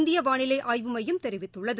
இந்திய வானிலை ஆய்வு மையம் தெரிவித்துள்ளது